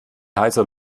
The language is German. heißer